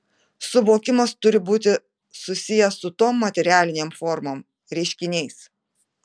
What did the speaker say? suvokimas turi būti susijęs su tom materialinėm formom reiškiniais